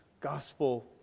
gospel